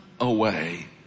away